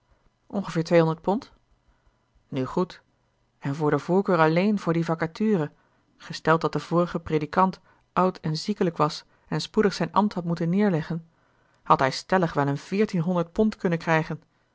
ongeveer tweehonderd pond nu goed en voor de voorkeur alleen voor die vacature gesteld dat de vorige predikant oud en ziekelijk was en spoedig zijn ambt had moeten neerleggen had hij stellig wel een veertienhonderd pond kunnen krijgen